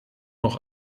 noch